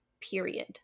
period